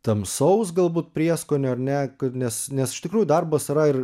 tamsaus galbūt prieskonio ar ne nes nes iš tikrųjų darbas yra ir